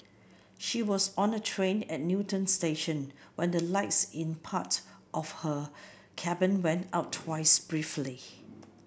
she was on a train at Newton station when the lights in part of her cabin went out twice briefly